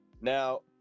Now